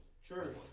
Sure